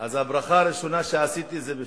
הברכה הראשונה שעשיתי היא בשבילה.